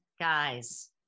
guys